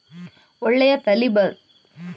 ಒಳ್ಳೆಯ ತಳಿ ಬರಲು ಬೀಜವನ್ನು ಹೇಗೆ ಆರಿಸಬೇಕು?